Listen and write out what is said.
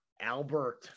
Albert